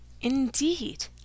Indeed